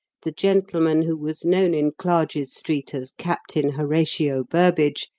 the gentleman who was known in clarges street as captain horatio burbage,